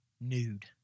nude